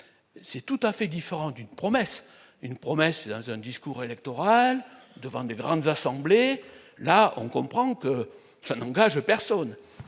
c'est tout à fait différent d'une promesse, une promesse dans un discours électoral devant de grandes assemblés, là, on comprend que ça n'engage personne